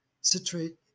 Citrate